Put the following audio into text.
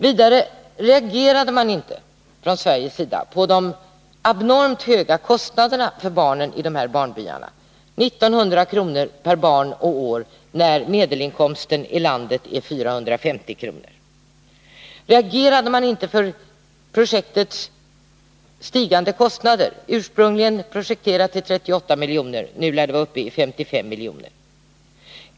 Vidare: Reagerade man inte från Sveriges sida mot de abnormt höga kostnaderna för barnen i de här barnbyarna — i svenskt mynt 1 900 kr. per barn och år, när medelinkomsten i landet är 450 kr.? Reagerade man inte för projektets stigande kostnader? Ursprungligen var det projekterat till 38 miljoner, nu lär det vara uppe i 55 miljoner.